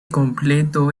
completo